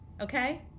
okay